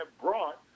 brought